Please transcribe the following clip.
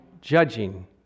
judging